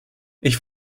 ich